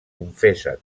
confessa